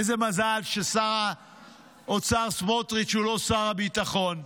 איזה מזל ששר האוצר סמוטריץ' הוא לא שר הביטחון.